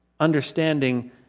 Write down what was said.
understanding